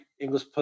English